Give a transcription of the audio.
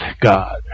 God